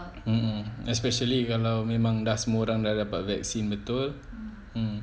mm mm especially kalau memang dah semua orang dah dapat vaccine betul